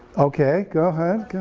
okay go ahead.